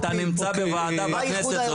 אתה נמצא בוועדה בכנסת,